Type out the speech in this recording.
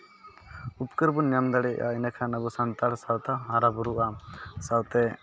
ᱩᱯᱠᱟᱹᱨ ᱵᱚᱱ ᱧᱟᱢ ᱫᱟᱲᱭᱟᱜᱼᱟ ᱤᱱᱟᱹᱠᱷᱟᱱ ᱟᱵᱚ ᱥᱟᱱᱛᱟᱲ ᱥᱟᱶᱛᱟ ᱦᱟᱨᱟ ᱵᱩᱨᱩᱜᱼᱟ ᱥᱟᱶᱛᱮ